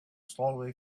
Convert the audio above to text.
slowly